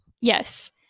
Yes